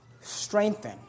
strengthen